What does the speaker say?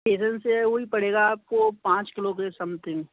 station से वही पड़ेगा आपको पाँच किलो के समथिंग